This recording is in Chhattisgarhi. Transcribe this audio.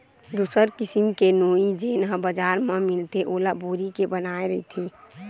दूसर किसिम के नोई जेन ह बजार म मिलथे ओला बोरी के बनाये रहिथे